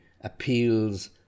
appeals